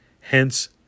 hence